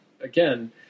again